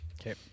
okay